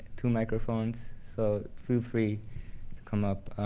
two microphones, so feel free to come up.